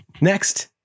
Next